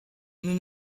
nous